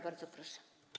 Bardzo proszę.